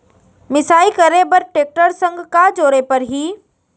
मिसाई करे बर टेकटर संग का जोड़े पड़ही?